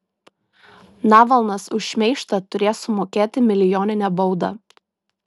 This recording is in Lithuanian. navalnas už šmeižtą turės sumokėti milijoninę baudą